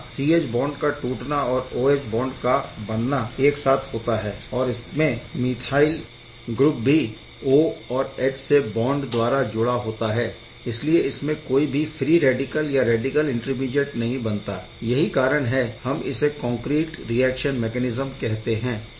यहाँ C H bond का टूटना और OH बॉन्ड का बनना एक साथ होता है और इसमें मेथाइल CH3 ग्रुप भी O और H से बॉन्ड द्वारा जुड़ा होता है इसलिए इसमें कोई भी फ्री रैडिकल या रैडिकल इंटरमीडिएट नहीं बनता यही कारण है हम इसे कॉन्क्रीट रिऐक्शन मैकैनिस्म कहते है